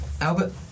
Albert